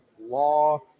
Law